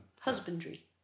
Husbandry